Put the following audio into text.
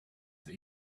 that